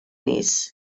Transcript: nies